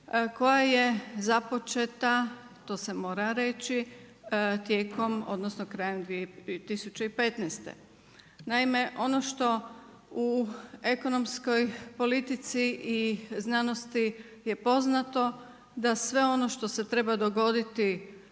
koja je započeta, to se mora reći tijekom, odnosno krajem 2015. Naime, ono što u ekonomskoj politici i znanosti je poznato da sve ono što se treba dogoditi